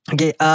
Okay